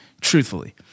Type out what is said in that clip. truthfully